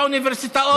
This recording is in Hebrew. כמה יש באוניברסיטאות.